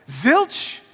Zilch